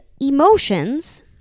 emotions